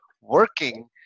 working